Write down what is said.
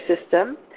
system